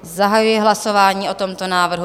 Zahajuji hlasování o tomto návrhu.